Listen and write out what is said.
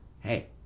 Hey